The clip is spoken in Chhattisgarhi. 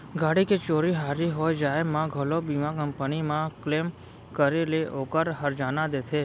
गाड़ी के चोरी हारी हो जाय म घलौ बीमा कंपनी म क्लेम करे ले ओकर हरजाना देथे